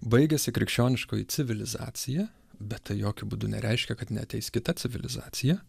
baigiasi krikščioniškoji civilizacija bet tai jokiu būdu nereiškia kad neateis kita civilizacija